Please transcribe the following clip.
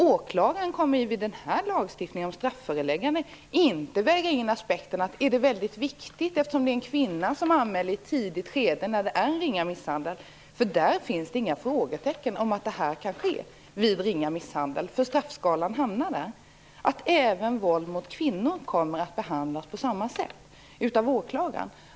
Åklagaren kommer med denna lagstiftning om strafföreläggande inte att väga in aspekten om det är en kvinna som gör en anmälan i ett tidigt skede när det är fråga om ringa misshandel. Då finns inga frågetecken. Vid ringa misshandel blir det denna straffskala. Våld mot kvinnor kommer att behandlas på samma sätt av åklagaren.